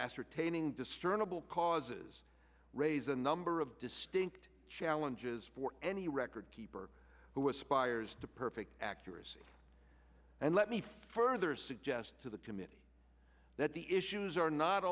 ascertaining discernible causes raise a number of distinct challenges for any record keeper who aspires to perfect accuracy and let me further suggest to the committee that the issues are not